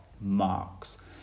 marks